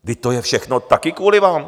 Vždyť to je všechno také kvůli vám.